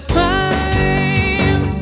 time